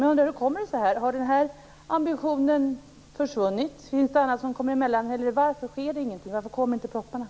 Jag undrar: Hur kommer sig det här? Har den här ambitionen försvunnit? Finns det annat som kommer mellan, eller varför sker det ingenting? Varför kommer inte propositionerna?